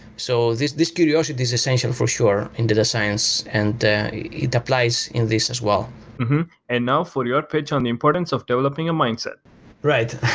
so this this curiosity is essential for sure in data science and it applies in these as well and now, for your page on the importance of developing a mindset right.